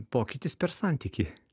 pokytis per santykį